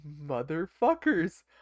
motherfuckers